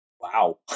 wow